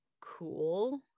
cool